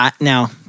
Now